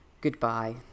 goodbye